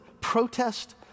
protest